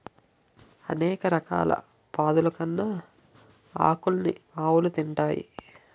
అనేక రకాల పాదులుకున్న ఆకులన్నీ ఆవులు తింటాయి